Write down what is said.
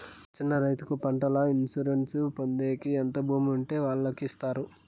చిన్న రైతుకు పంటల ఇన్సూరెన్సు పొందేకి ఎంత భూమి ఉండే వాళ్ళకి ఇస్తారు?